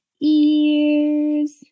ears